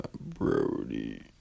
Brody